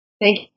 Thank